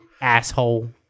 asshole